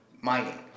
mining